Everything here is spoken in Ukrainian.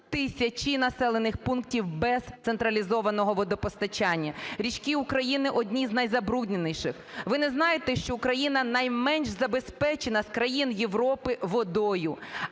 тисячі населених пунктів без централізованого водопостачання, річки України одні з найзабрудненіших. Ви не знаєте, що Україна найменш забезпечена з країн Європи водою?